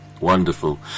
Wonderful